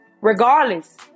Regardless